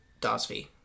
DOSV